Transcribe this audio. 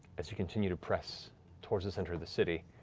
as you continue to press towards the center of the city